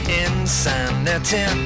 insanity